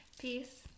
peace